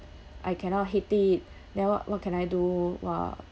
I cannot hit it then what what can I do !wah!